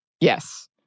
Yes